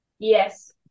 yes